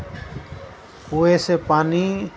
کویں سے پانی